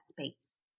space